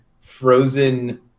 frozen